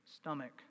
stomach